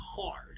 hard